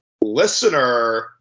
listener